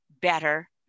better